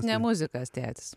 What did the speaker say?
ne muzikas tėtis